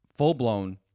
full-blown